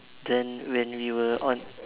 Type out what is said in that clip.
then when we were on